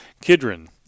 Kidron